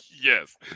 Yes